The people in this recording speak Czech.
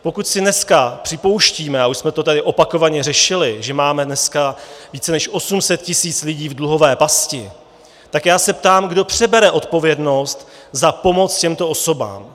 Pokud si dnes připouštíme, a už jsme to tady opakovaně řešili, že máme dneska více než 800 tisíc lidí v dluhové pasti, tak se ptám, kdo přebere odpovědnost za pomoc těmto osobám.